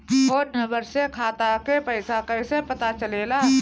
Phone number से खाता के पइसा कईसे पता चलेला?